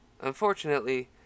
Unfortunately